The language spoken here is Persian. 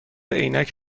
عینک